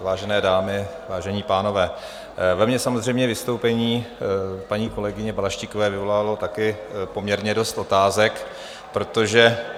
Vážené dámy, vážení pánové, ve mně vystoupení paní kolegyně Balaštíkové vyvolalo také poměrně dost otázek, protože...